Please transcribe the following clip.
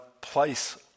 place